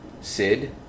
Sid